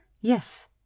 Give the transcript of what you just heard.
yes